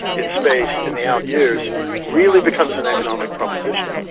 in space in the out years really becomes an economic proposition.